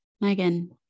megan